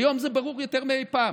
היום זה ברור יותר מאי פעם.